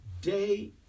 Day